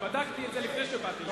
בדקתי את זה לפני שבאתי לכאן.